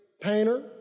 painter